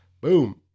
Boom